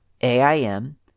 AIM